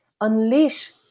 unleash